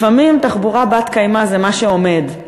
לפעמים תחבורה בת-קיימא זה מה שעומד,